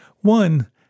One